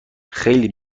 خیلی